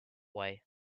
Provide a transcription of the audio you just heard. way